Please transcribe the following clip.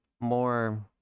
more